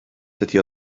dydy